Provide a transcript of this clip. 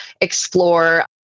explore